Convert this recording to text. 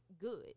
good